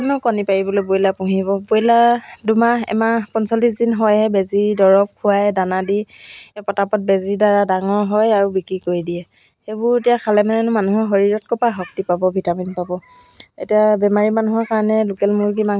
ৰাগিনী creation বুলি এটা Facebook আৰু ইনষ্টাগ্ৰামত পেজ খুলি ল'লোঁ তাত মই এম্ব্ৰইডাৰী কৰা মেখেলা চাদৰ তাৰপিছত ৰুমাল গাৰু কভাৰ আৰু বিছনা চাদৰ এইবিলাক অৰ্ডাৰ লৈছিলোঁ তাৰপিছত বা মানুহবিলাকেও মোৰ